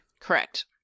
Correct